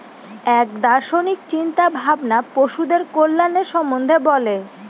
এক দার্শনিক চিন্তা ভাবনা পশুদের কল্যাণের সম্বন্ধে বলে